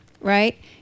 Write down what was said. right